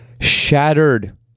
shattered